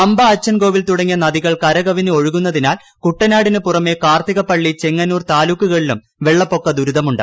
പമ്പ അച്ചൻകോവിൽ തുടങ്ങിയ നദികൾ കരകവിഞ്ഞ് ഒഴുകുന്നതിനാൽ കുട്ടനാടിനു പുറമെ കാർത്തികപ്പള്ളി ചെങ്ങന്നൂർ താലൂക്കുകളിലും വെള്ളപ്പൊക്ക ദുരിതമുണ്ട്